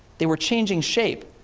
they were changing shape.